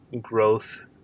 growth